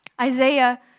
Isaiah